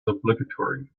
obligatory